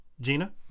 Gina